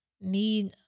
need